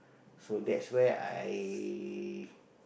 so that's where I